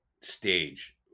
stage